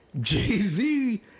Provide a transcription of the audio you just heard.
Jay-Z